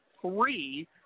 Three